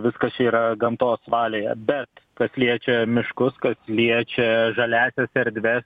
viskas čia yra gamtos valioje bet kas liečia miškus kas liečia žaliąsias erdves